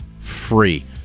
free